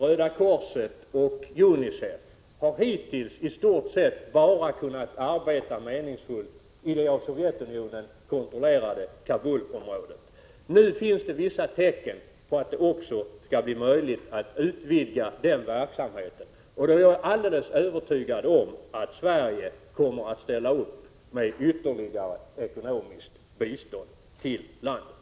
Röda korset och UNICEF har hittills i stort sett bara kunnat arbeta meningsfullt i det av Sovjetunionen kontrollerade Kabulområdet. Nu finns det vissa tecken på att det också skall bli möjligt att utvidga den verksamheten. Jag är helt övertygad om att Sverige då kommer att ställa upp med ytterligare ekonomiskt bistånd till landet.